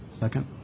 Second